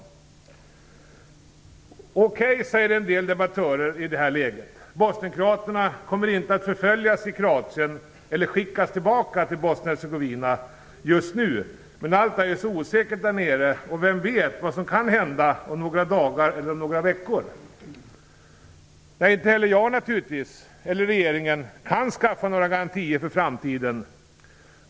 I detta läge säger en del debattörer: Okej, bosnienkroaterna kommer inte att förföljas i Kroatien eller skickas tillbaka till Bosnien-Hercegovina just nu, men allt är ju så osäkert där nere och vem vet vad som kan hända om några dagar eller veckor? Inte heller jag eller regeringen kan naturligtvis skaffa några garantier för framtiden.